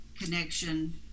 connection